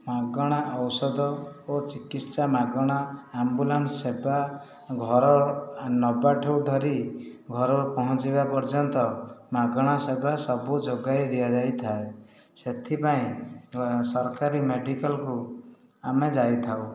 ମାଗଣା ଔଷଧ ଓ ଚିକିତ୍ସା ମାଗଣା ଆମ୍ବୁଲାନ୍ସ ସେବା ଘର ନେବା ଠାରୁ ଧରି ଘରୁ ପହଞ୍ଚାଇବା ପର୍ଯ୍ୟନ୍ତ ମାଗଣା ସେବା ସବୁ ଯୋଗାଇ ଦିଆଯାଇଥାଏ ସେଥିପାଇଁ ସରକାରୀ ମେଡ଼ିକାଲକୁ ଆମେ ଯାଇଥାଉ